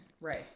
right